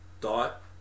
Dot